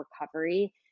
recovery